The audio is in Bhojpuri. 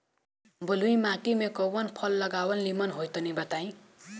बलुई माटी में कउन फल लगावल निमन होई तनि बताई?